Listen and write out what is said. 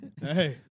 hey